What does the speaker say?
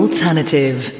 Alternative